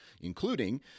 including